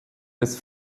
des